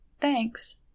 Thanks